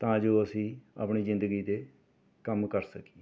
ਤਾਂ ਜੋ ਅਸੀਂ ਆਪਣੀ ਜ਼ਿੰਦਗੀ ਦੇ ਕੰਮ ਕਰ ਸਕੀਏ